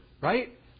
right